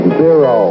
zero